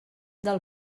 del